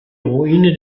ruine